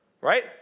right